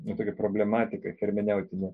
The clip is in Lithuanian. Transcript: na tokia problematika hermeneutinė